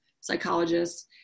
psychologists